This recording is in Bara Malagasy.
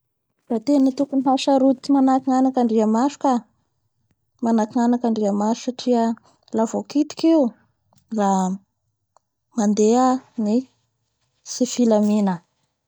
Da tena tokony hahasarotiny smanaky ny anak'Andriamaso ka, manaky ny anakandriamaso satria aha voakitiky io la mandeha ny tsy filamina.